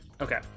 Okay